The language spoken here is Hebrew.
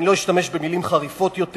אני לא אשתמש במלים חריפות יותר,